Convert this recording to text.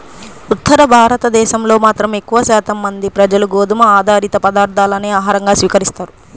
ఉత్తర భారతదేశంలో మాత్రం ఎక్కువ శాతం మంది ప్రజలు గోధుమ ఆధారిత పదార్ధాలనే ఆహారంగా స్వీకరిస్తారు